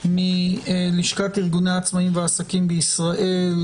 מלשכת ארגוני העצמאיים והעסקים בישראל,